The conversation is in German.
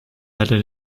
leider